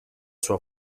sua